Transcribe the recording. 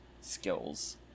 skills